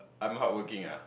I'm hardworking ah